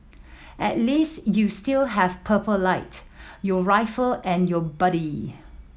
at least you still have Purple Light your rifle and your buddy